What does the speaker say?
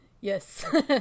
Yes